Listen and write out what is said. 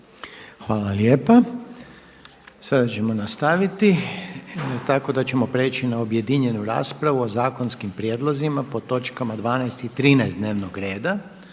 Željko (HDZ)** Sada ćemo nastaviti tako da ćemo preći na objedinjenu raspravu o zakonskim prijedlozima po točkama 12. i 13. dnevnog reda